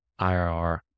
IRR